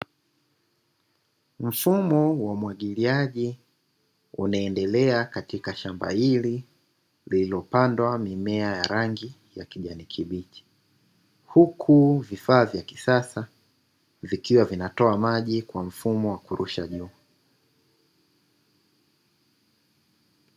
Mfumo wa umwagiliaji unaendelea katika shamba hili lililopandwa mimea ya rangi ya kijani kibichi. Huku vifaa vya kisasa vikiwa vinatoa maji kwa mfumo wa kurusha juu.